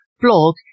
blog